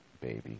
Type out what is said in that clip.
baby